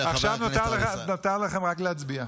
עכשיו נותר לכם רק להצביע.